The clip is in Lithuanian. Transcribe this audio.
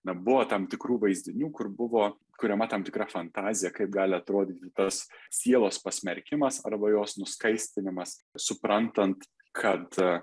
na buvo tam tikrų vaizdinių kur buvo kuriama tam tikra fantazija kaip gali atrodyti tas sielos pasmerkimas arba jos nuskaistinimas suprantant kad